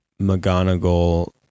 McGonagall